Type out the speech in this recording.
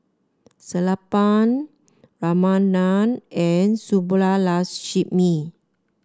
Sellapan Ramanand and Subbulakshmi